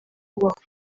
kubaho